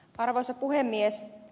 arvoisa puhemies